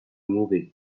movie